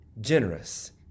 generous